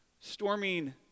storming